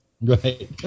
right